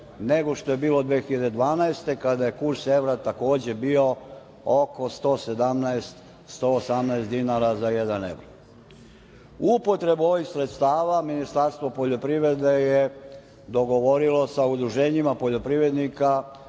nego što je bilo 2012. godine, kada je kurs evra takođe bio oko 117 dinara za jedan evro. Upotrebu ovih sredstava Ministarstvo poljoprivrede je dogovorilo sa udruženjima poljoprivrednika